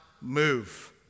move